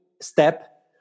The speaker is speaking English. step